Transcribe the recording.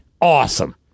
Awesome